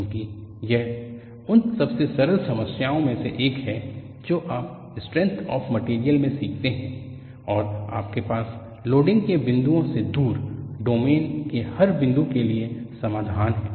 क्योंकि यह उन सबसे सरल समस्याओं में से एक है जो आप स्ट्रेंथ ऑफ मटेरियल में सीखते हैं और आपके पास लोडिंग के बिंदुओं से दूर डोमेन के हर बिंदु के लिए समाधान है